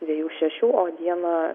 dviejų šešių o dieną